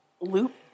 Loop